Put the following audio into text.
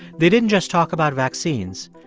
they didn't just talk about vaccines.